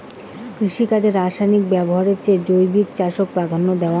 কৃষিকাজে রাসায়নিক ব্যবহারের চেয়ে জৈব চাষক প্রাধান্য দেওয়াং হই